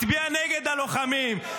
הצביע נגד הלוחמים.